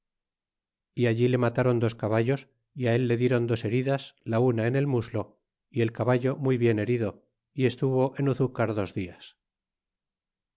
y allí le mataron dos caballos y á el le dieron dos heridas y la una en el muslo y el caballo muy bien herido y estuvo en ozucar dos dias